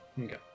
Okay